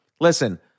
listen